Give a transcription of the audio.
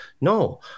No